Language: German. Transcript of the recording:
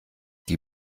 die